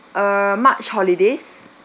err march holidays